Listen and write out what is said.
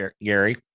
Gary